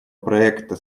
проекта